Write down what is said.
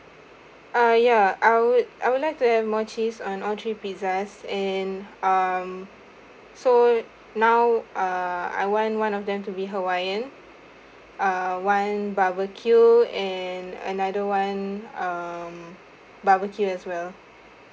uh ya I would I would like to have more cheese on all three pizzas and um so now err I want one of them to be hawaiian err one barbecue and another one um barbecue as well